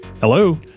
hello